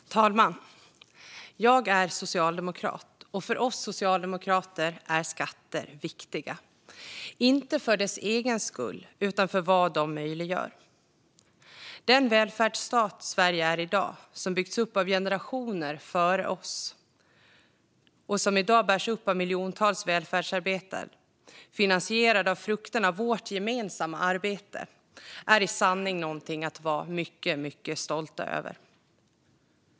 Fru talman! Jag är socialdemokrat, och för oss socialdemokrater är skatter viktiga - inte för deras egen skull utan för vad de möjliggör. Den välfärdsstat som Sverige är i dag har byggts upp av generationer före oss och bärs i dag upp av miljontals välfärdsarbetare. Den är finansierad av frukterna av vårt gemensamma arbete och är i sanning något att vara mycket stolt över.